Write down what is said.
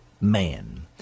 man